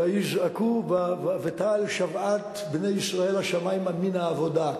ויזעקו ותעל שוועת בני ישראל השמימה מן העבודה.